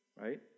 right